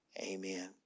amen